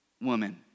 woman